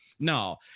No